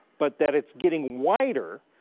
but that it's getting wider,